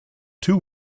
two